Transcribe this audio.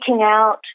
out